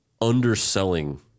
underselling